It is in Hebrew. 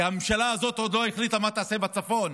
כי הממשלה הזאת עוד לא החליטה מה תעשה בצפון,